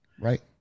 Right